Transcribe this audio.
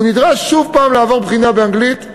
הוא נדרש לעבור שוב בחינה באנגלית,